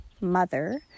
mother